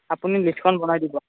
আপুনি লিষ্টখন বনাই দিব